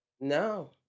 No